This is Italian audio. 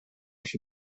sui